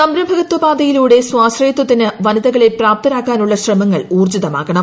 സംരംഭകത്വ പാതയിലൂടെ സ്വശ്രയത്വത്തിന് വനിത്രിക്കളെ പ്രാപ്തരാക്കാനുള്ള ശ്രമങ്ങൾ ഊർജ്ജിതമാക്കണം